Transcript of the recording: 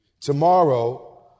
Tomorrow